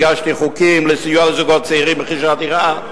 הגשתי חוקים לסיוע לזוגות צעירים ברכישת דירה,